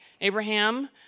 Abraham